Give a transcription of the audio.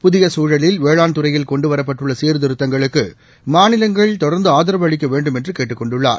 புதிய சூழலில் வேளாண்துறையில் கொண்டுவரப்பட்டுள்ள சீர்திருத்தங்களுக்கு மாநிலங்கள் தொடர்ந்து ஆதரவு அளிக்க வேண்டும் என்று கேட்டுக் கொண்டுள்ளார்